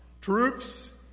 Troops